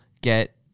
get